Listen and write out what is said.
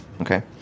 okay